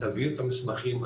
תביאו את המסמכים,